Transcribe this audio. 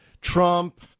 Trump